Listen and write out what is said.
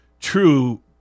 true